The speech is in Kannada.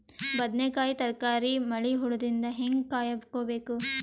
ಬದನೆಕಾಯಿ ತರಕಾರಿ ಮಳಿ ಹುಳಾದಿಂದ ಹೇಂಗ ಕಾಯ್ದುಕೊಬೇಕು?